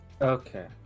Okay